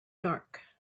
dark